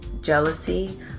jealousy